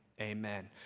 Amen